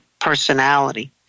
personality